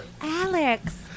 Alex